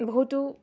বহুতো